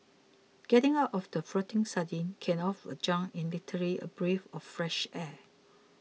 getting out of that floating sardine can of a junk is literally a breath of fresh air